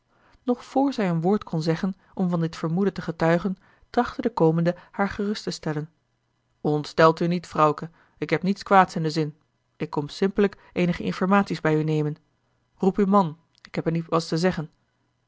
vr zij een woord kon zeggen om van dit vermoeden te getuigen trachtte de komende haar gerust te stellen ontsteld u niet vrouwke ik heb niets kwaads in den zin ik kom simpellijk eenige informaties bij u nemen roep uw man ik heb hem ietwes te zeggen